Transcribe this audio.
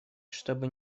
чтобы